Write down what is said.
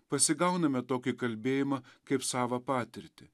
pasigauname tokį kalbėjimą kaip savą patirtį